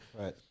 Right